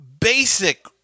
basic